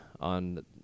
on